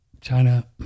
China